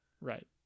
Right